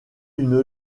une